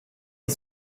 und